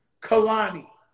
Kalani